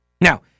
Now